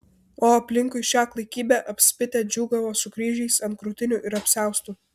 o aplinkui šią klaikybę apspitę džiūgavo su kryžiais ant krūtinių ir apsiaustų